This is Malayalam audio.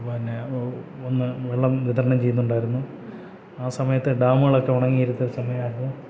പിന്നെ വന്ന് വെള്ളം വിതരണം ചെയ്യുന്നുണ്ടായിരുന്നു ആ സമയത്ത് ഡാമുകളൊക്കെ ഉണങ്ങിയിരുന്ന സമയമായിരുന്നു